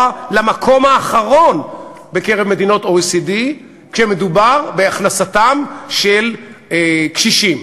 למקום האחרון בקרב מדינות ה-OECD כשמדובר בהכנסתם של קשישים.